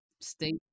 state